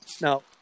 Now